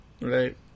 right